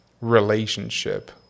relationship